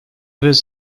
was